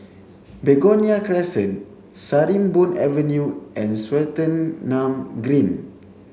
Begonia Crescent Sarimbun Avenue and Swettenham Green